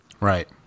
Right